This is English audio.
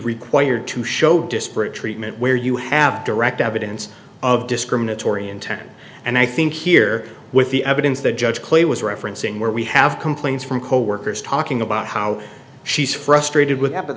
required to show disparate treatment where you have direct evidence of discriminatory intent and i think here with the evidence that judge clay was referencing where we have complaints from coworkers talking about how she's frustrated with ha